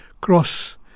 cross